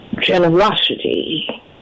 generosity